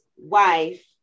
wife